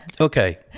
Okay